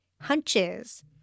hunches